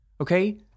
okay